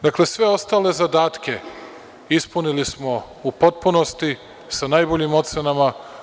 Dakle, sve ostale zadatke ispunili smo u potpunosti, sa najboljim ocenama.